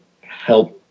help